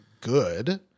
Good